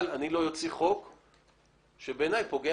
אבל אני לא אוציא חוק שבעיניי פוגע